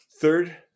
Third